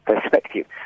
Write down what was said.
perspective